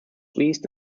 uist